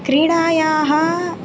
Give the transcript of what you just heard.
क्रीडायाः